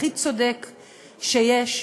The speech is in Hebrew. הכי צודק שיש,